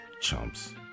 Chumps